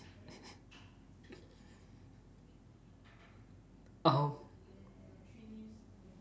oh